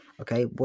okay